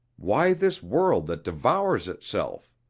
why this world that devours itself?